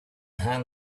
hand